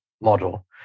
model